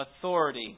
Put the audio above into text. authority